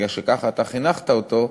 כי ככה אתה חינכת אותו,